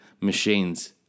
machines